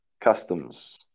Customs